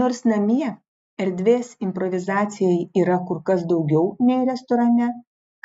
nors namie erdvės improvizacijai yra kur kas daugiau nei restorane